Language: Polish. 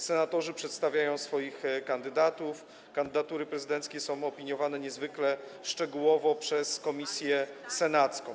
Senatorzy przedstawiają swoich kandydatów, kandydatury prezydenckie są opiniowane niezwykle szczegółowo przez komisję senacką.